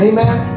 Amen